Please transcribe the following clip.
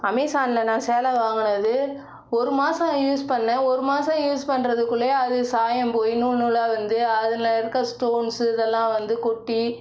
அமேசானில் நான் சேலை வாங்குனது ஒரு மாதம் யூஸ் பண்ணேன் ஒரு மாதம் யூஸ் பண்ணுறதுக்குள்ளையே அது சாயம் போய் நூல் நூலாக வந்து அதில் இருக்கிற ஸ்டோன்ஸ்ஸு இதெல்லாம் வந்து கொட்டி